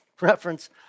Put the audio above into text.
reference